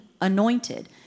anointed